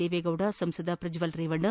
ದೇವೇಗೌಡ ಸಂಸದ ಪ್ರಜ್ವಲ್ ರೇವಣ್ಣ